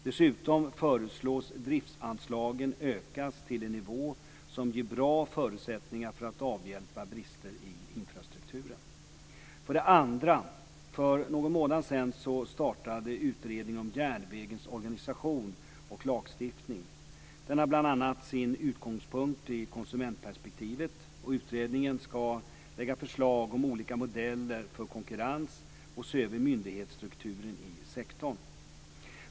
Dessutom föreslås driftanslagen ökas till en nivå som ger bra förutsättningar för att avhjälpa brister i infrastrukturen. För det andra: För någon månad sedan startade utredningen om järnvägens organisation och lagstiftning. Den har bl.a. sin utgångspunkt i konsumentperspektivet. Utredningen ska lägga fram förslag om olika modeller för konkurrens och se över myndighetsstrukturen i sektorn.